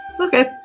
Okay